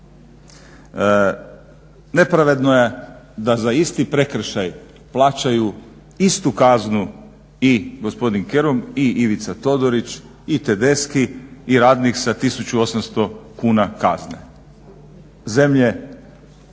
Nepravedno je da za isti prekršaj plaćaju istu kaznu i gospodin Kerum, i Ivica Todorić, i Tedeski, i radnik sa 1800 kuna kazne. Zemlje